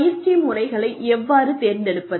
பயிற்சி முறைகளை எவ்வாறு தேர்ந்தெடுப்பது